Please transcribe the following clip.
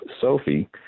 Sophie